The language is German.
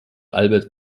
albert